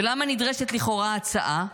ולמה נדרשת לכאורה ההצעה?